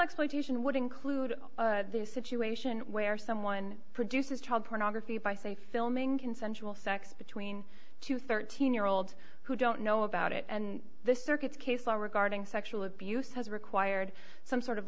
exploitation would include this situation where someone produces child pornography by say filming consensual sex between two hundred and thirteen year olds who don't know about it and the circuits case law regarding sexual abuse has required some sort of